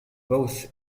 both